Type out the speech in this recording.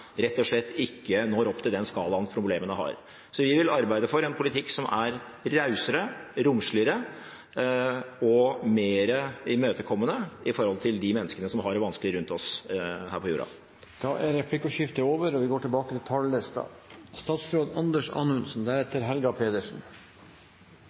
rett og slett ikke når opp til den skalaen problemene har. Så vi vil arbeide for en politikk som er rausere, romsligere og mer imøtekommende overfor de menneskene som har det vanskelig rundt oss her på jorda. Replikkordskiftet er omme. En av de virkelig store fordelene med trontaledebatten er at en kan løfte blikket litt og